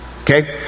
Okay